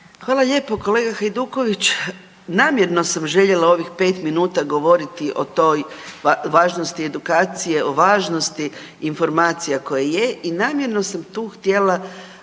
Hvala lijepo kolega Hajduković. Namjerno sam željela ovih pet minuta govoriti o toj važnosti edukacije, o važnosti informacija koje je i namjerno sam tu htjela